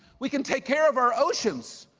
we can take care of our oceans.